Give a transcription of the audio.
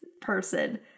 person